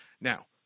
Now